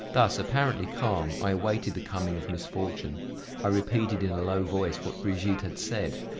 thus, apparently calm, i awaited the coming of misfortune i repeated in a low voice what brigitte had said,